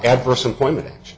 adverse employment